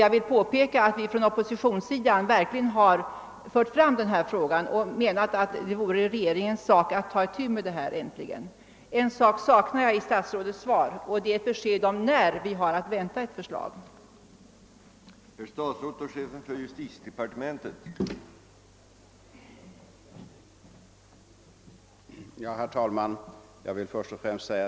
Jag vill påpeka att vi från oppositionen verkligen fört fram denna fråga och menar att det nu äntligen vore en uppgift för regeringen att ta itu med den. Något som jag saknar i statsrådets svar är ett besked om när vi har att vänta ett förslag i denna fråga.